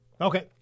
Okay